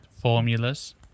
Formulas